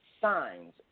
signs